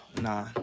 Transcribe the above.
nah